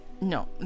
No